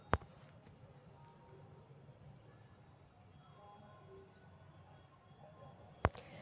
लेखा परीक्षक के कोई भी कम्पनी या फर्म के द्वारा नियुक्त कइल जा हई